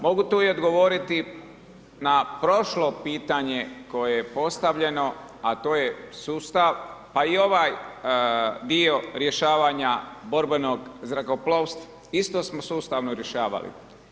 Mogu tu i odgovoriti na prošlo pitanje koje je postavljeno, a to je sustav, pa i ovaj dio rješavanja borbenog zrakoplovstva, isto smo sustavno rješavali.